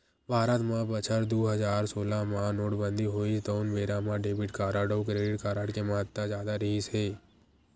भारत म बछर दू हजार सोलह मे नोटबंदी होइस तउन बेरा म डेबिट कारड अउ क्रेडिट कारड के महत्ता जादा रिहिस हे